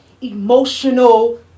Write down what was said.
emotional